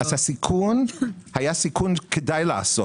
הסיכון היה כדאי לעשות.